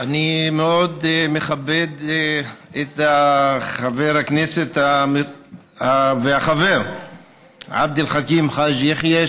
אני מאוד מכבד את חבר הכנסת והחבר עבד אל חכים חאג' יחיא,